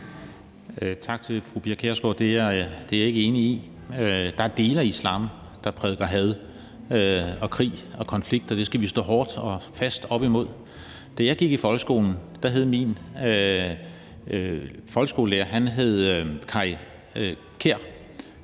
Tak til fru Pia Kjærsgaard. Det er jeg ikke enig i. Der er dele af islam, der prædiker had og krig og konflikter, og det skal vi stå hårdt og fast op imod. Da jeg gik i folkeskole, hed min folkeskolelærer Kaj Kjær.